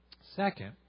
Second